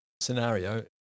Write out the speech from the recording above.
scenario